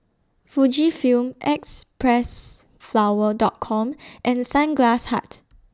Fujifilm Xpressflower Dot Com and Sunglass Hut